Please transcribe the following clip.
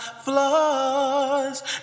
flaws